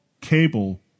cable